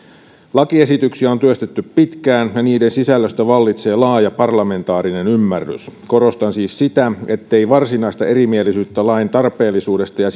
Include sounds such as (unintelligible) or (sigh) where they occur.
lakiesityksiä on työstetty pitkään ja niiden sisällöstä vallitsee laaja parlamentaarinen ymmärrys korostan siis sitä ettei varsinaista erimielisyyttä lain tarpeellisuudesta ja (unintelligible)